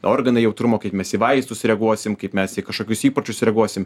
organai jautrumo kaip mes į vaistus reaguosim kaip mes į kažkokius įpročius reaguosim